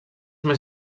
més